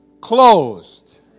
closed